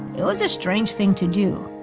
it was a strange thing to do.